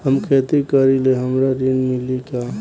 हम खेती करीले हमरा ऋण मिली का?